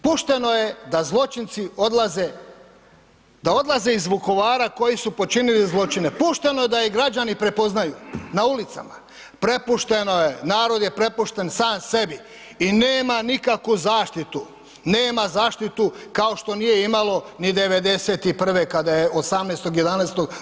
Pušteno je da zločinci odlaze, da odlaze iz Vukovara koji su počinili zločine, pušteno je da ih građani prepoznaju na ulicama, prepušteno je, narod je prepušten sam sebi i nema nikakvu zaštitu, nema zaštitu kao što nije imalo ni '91.-e kada je 18.11.